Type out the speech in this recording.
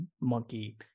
monkey